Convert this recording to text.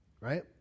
Right